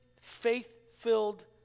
faith-filled